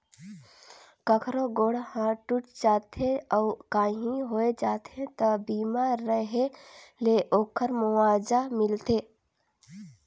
कखरो गोड़ हाथ टूट जाथे अउ काही होय जाथे त बीमा रेहे ले ओखर मुआवजा मिलथे